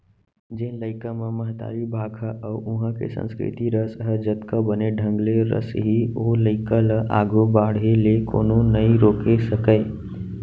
जेन लइका म महतारी भाखा अउ उहॉं के संस्कृति रस ह जतका बने ढंग ले रसही ओ लइका ल आघू बाढ़े ले कोनो नइ रोके सकयँ